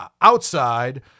outside